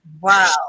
Wow